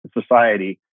society